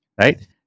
Right